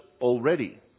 already